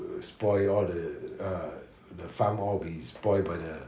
spoil all the uh the farm all will be spoilt by the